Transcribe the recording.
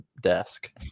desk